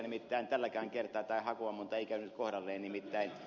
nimittäin tälläkään kertaa tämä hakuammunta ei käynyt kohdalleen